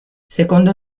secondo